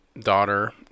daughter